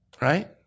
Right